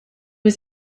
was